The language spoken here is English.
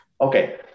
Okay